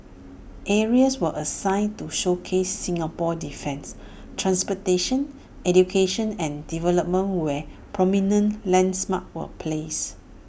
areas were assigned to showcase Singapore's defence transportation education and development where prominent landmarks were placed